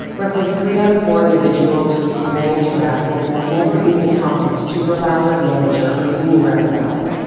roughly three out of four individuals who experience harassment never even talk to a supervisor, manager or union rep about it.